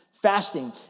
fasting